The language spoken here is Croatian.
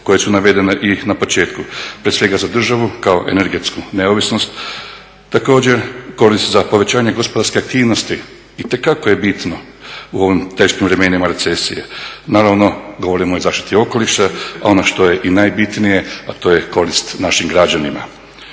koje su navedene i na početku, prije svega za državu kao energetsku neovisnost. Također koristi se za povećanje gospodarske aktivnosti, itekako je bitno u ovim teškim vremenima recesije, naravno govorimo i o zaštiti okoliša, ono što je i najbitnije, a to je korist našim građanima.